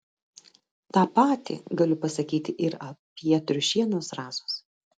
tą patį galiu pasakyti ir apie triušienos zrazus